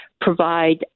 provide